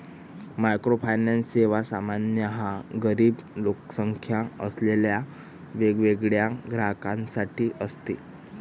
microfinance सेवा सामान्यतः गरीब लोकसंख्या असलेल्या वगळलेल्या ग्राहकांसाठी असते